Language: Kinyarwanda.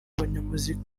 abanyamuziki